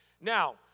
Now